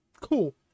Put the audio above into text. cool